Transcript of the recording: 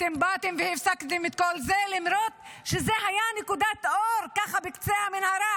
אתם באתם והפסקתם את כל זה למרות שזו הייתה נקודת אור ככה בקצה המנהרה,